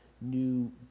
new